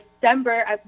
December